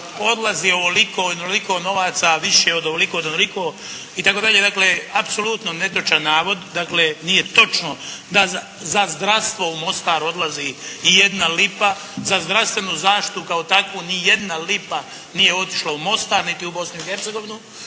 odlazi ovoliko novaca više od ovoliko onoliko itd., dakle apsolutno netočan navod, nije točno da za zdravstvo u Mostar odlazi ni jedna lipa, za zdravstvenu zaštitu kao takvu nije jedna lipa nije otišla u Mostar niti u Bosnu